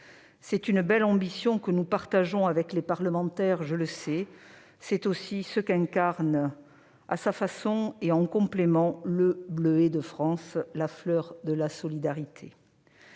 C'est une belle ambition que nous partageons, je le sais, avec les parlementaires. C'est aussi ce qu'incarne, à sa façon et en complément, le Bleuet de France, la fleur de la solidarité.